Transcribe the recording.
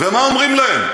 ומה אומרים להם?